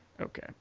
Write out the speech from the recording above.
Okay